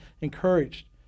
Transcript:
encouraged